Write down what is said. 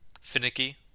finicky